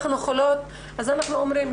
אנחנו חולות אז אנחנו אומרות,